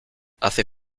hace